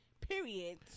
period